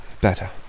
Better